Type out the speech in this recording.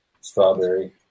strawberry